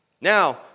Now